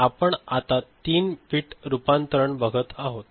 तर आपण आता 3 बिट रूपांतरण बघत आहोत